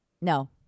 No